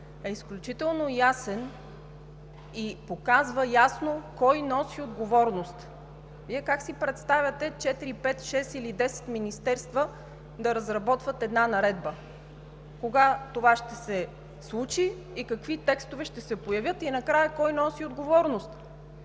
е изключително ясен и показва кой носи отговорност. Вие как си представяте четири, пет, шест или десет министерства да разработват една наредба?! Кога това ще се случи и какви текстове ще се появят и накрая кой носи конкретна